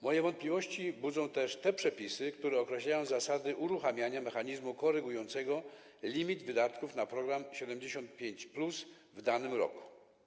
Moje wątpliwości budzą też te przepisy, które określają zasady uruchamiania mechanizmu korygującego limit wydatków na program 75+ w danym roku.